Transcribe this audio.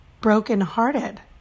brokenhearted